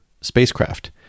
spacecraft